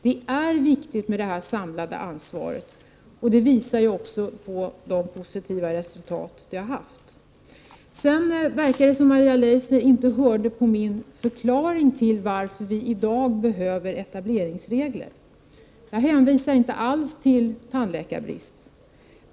Det är viktigt med det samlade ansvaret. Det visar ju också de positiva resultat som det har fått. Det verkar som om Maria Leissner inte hörde på min förklaring till varför vi i dag behöver etableringsregler. Jag hänvisade inte alls till tandläkarbrist.